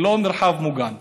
ללא מרחב מוגן.